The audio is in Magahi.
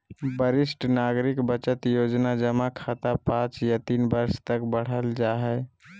वरिष्ठ नागरिक बचत योजना जमा खाता पांच या तीन वर्ष तक बढ़ल जा हइ